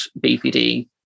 bpd